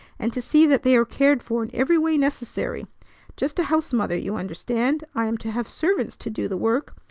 and to see that they are cared for in every way necessary just a housemother, you understand. i am to have servants to do the work,